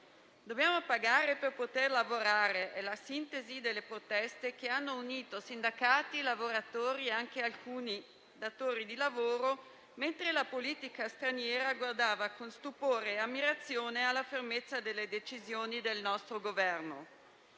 Dobbiamo pagare per poter lavorare? È la sintesi delle proteste che hanno unito sindacati, lavoratori e anche alcuni datori di lavoro, mentre la politica straniera guardava con stupore e ammirazione alla fermezza delle decisioni del nostro Governo.